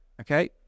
okay